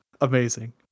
amazing